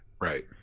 right